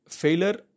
failure